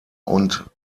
und